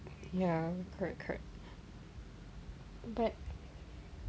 ya correct correct but